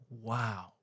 wow